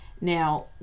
Now